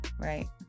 Right